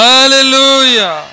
Hallelujah